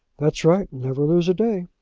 that's right. never lose a day.